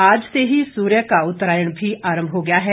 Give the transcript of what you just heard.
आज से ही सूर्य का उत्तरायण भी आरंभ हो गया है